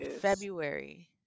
february